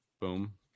Boom